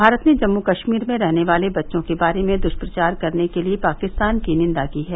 भारत ने जम्मू कश्मीर में रहने वाले बच्चों के बारे में दुष्प्रचार करने के लिए पाकिस्तान की निन्दा की है